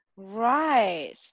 right